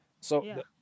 So-